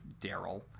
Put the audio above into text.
Daryl